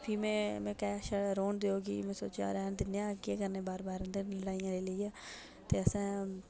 फ्ही में में आखेआ रौह्न देओ कि में उस आखेआ चल रौह्न दिन्ने आं कि केह् करना बार बार इंदे नै लाइयै ते असें